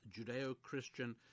Judeo-Christian